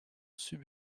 sub